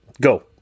go